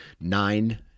nine